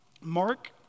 Mark